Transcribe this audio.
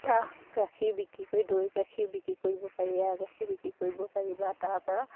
পৰা গাখীৰ বিক্ৰী কৰি দৈ গাখীৰ বিক্ৰী কৰিব পাৰি এৱা গাখীৰ বিক্ৰী কৰিব পাৰি বা তাৰ পৰা